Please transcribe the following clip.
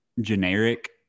generic